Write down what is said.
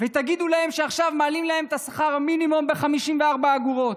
ותגידו להם שעכשיו מעלים להם את שכר המינימום ב-54 אגורות.